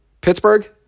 Pittsburgh